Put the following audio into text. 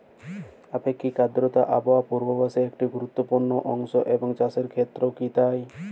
আপেক্ষিক আর্দ্রতা আবহাওয়া পূর্বভাসে একটি গুরুত্বপূর্ণ অংশ এবং চাষের ক্ষেত্রেও কি তাই?